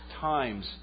times